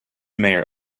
mayor